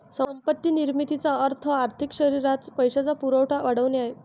संपत्ती निर्मितीचा अर्थ आर्थिक शरीरात पैशाचा पुरवठा वाढवणे आहे